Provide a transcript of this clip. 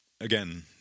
again